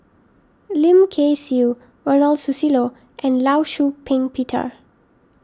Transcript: Lim Kay Siu Ronald Susilo and Law Shau Ping Peter